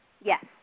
Yes